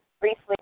briefly